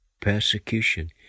persecution